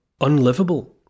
unlivable